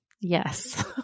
Yes